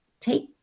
Take